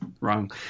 wrong